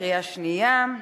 בקריאה שנייה.